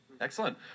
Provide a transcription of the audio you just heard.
excellent